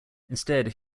instead